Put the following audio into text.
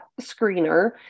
screener